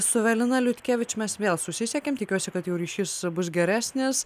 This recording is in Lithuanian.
su evelina liutkievič mes vėl susisiekėm tikiuosi kad jo ryšys su bus geresnis